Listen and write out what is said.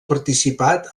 participat